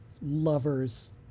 lovers